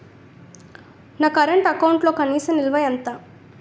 నా కరెంట్ అకౌంట్లో కనీస నిల్వ ఎంత?